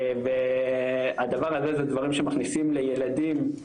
והדבר הזה זה דברים שמכניסים לילדים,